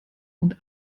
und